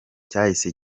cyahise